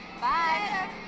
Bye